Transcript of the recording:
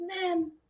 man